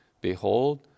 Behold